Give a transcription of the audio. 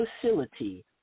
facility